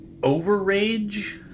overrage